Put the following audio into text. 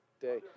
day